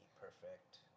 perfect